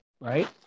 Right